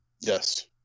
Yes